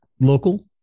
local